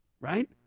right